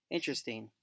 Interesting